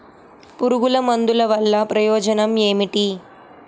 పురుగుల మందుల వల్ల ప్రయోజనం ఏమిటీ?